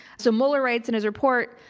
so mueller writes in his report,